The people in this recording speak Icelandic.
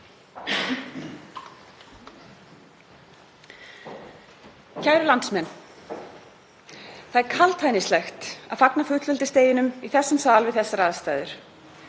Kæru landsmenn. Það er kaldhæðnislegt að fagna fullveldisdeginum í þessum sal við þessar aðstæður.